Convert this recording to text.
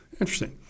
Interesting